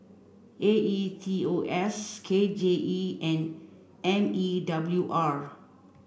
A E T O S K J E and M E W R